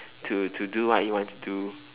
to to do what you want to do